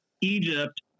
Egypt